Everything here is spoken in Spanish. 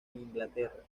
inglaterra